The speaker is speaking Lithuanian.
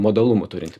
modalumų turinti